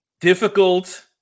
difficult